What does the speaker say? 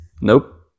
Nope